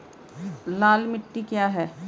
लाल मिट्टी क्या है?